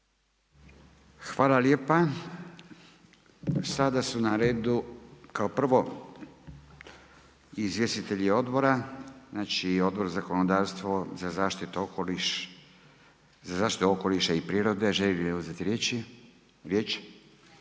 Hvala lijepa. Sada su na redu, kao prvo izvjestitelji odbora, znači Odbor za zakonodavstvo, za zaštitu okoliša i prirode. Želi li uzeti riječ? Ne.